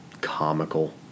comical